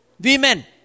Women